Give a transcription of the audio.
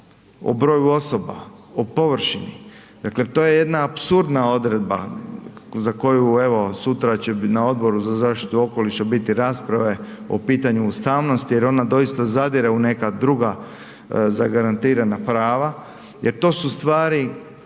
o broju osoba, o površini, dakle to je jedna apsurdna odredba za koju evo sutra će na Odboru za zaštitu okoliša biti rasprave o pitanju ustavnosti jer ona doista zadire u neka druga zagarantirana prava jer to su stvari